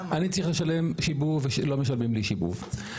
אני צריך לשלם שיבוב ולא משלמים לי שיבוב,